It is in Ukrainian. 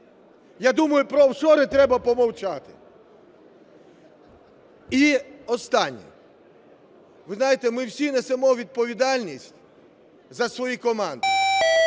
я думаю, про офшори треба помовчати. І, останнє. Ви знаєте, ми всі несемо відповідальність за свої команди.